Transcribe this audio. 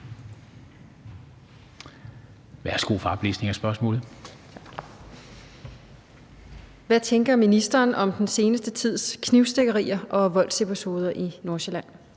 Hvad tænker ministeren om den seneste tids knivstikkerier og voldsepisoder i Nordsjælland?